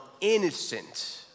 innocent